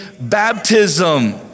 Baptism